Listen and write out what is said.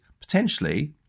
potentially